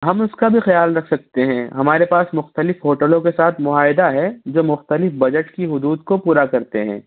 ہم اُس كا بھی خیال ركھ سكتے ہیں ہمارے پاس مختلف ہوٹلوں کے ساتھ معاہدہ ہے جو مختلف بجٹ کی حدود کو پورا کرتے ہیں